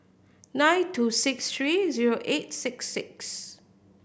nine two six three zero eight six six